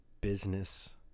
business